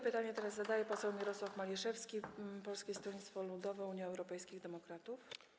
Pytanie zadaje poseł Mirosław Maliszewski, Polskie Stronnictwo Ludowe - Unia Europejskich Demokratów.